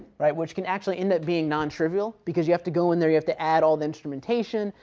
right. which can actually end up being nontrivial, because you have to go in there, you have to add all the instrumentation,